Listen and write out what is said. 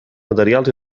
materials